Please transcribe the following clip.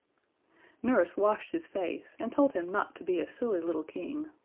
nurse washed his face, and told him not to be a silly little king.